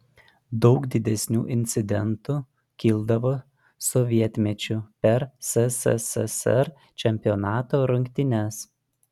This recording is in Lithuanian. daug didesnių incidentų kildavo sovietmečiu per sssr čempionato rungtynes